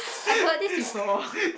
I heard this before